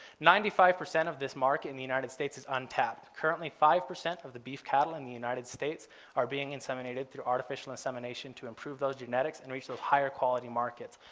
ninety five percent of this market in the united states is untapped. currently five percent of the beef cattle in the united states are being inseminated through artificial insemination to improve those genetics and reach those higher-quality markets.